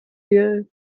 wir